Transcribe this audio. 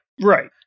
Right